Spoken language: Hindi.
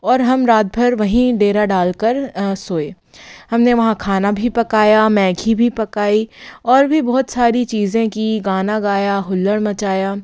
और हम रातभर वहीं डेरा डालकर सोए हमने वहाँ खाना भी पकाया मैघी भी पकाई और भी बहुत सारी चीज़ें की गाना गाया हुल्लड़ मचाया